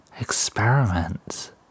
experiments